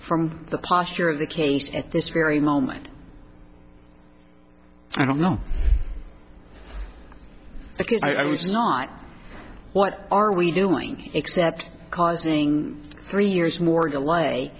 from the posture of the case at this very moment i don't know because i was not what are we doing except causing three years more